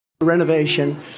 Renovation